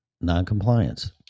Non-compliance